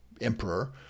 emperor